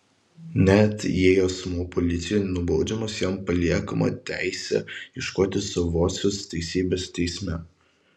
net jei asmuo policijoje nubaudžiamas jam paliekama teisė ieškoti savosios teisybės teisme